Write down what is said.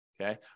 Okay